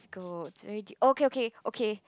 difficult very difficult okay okay okay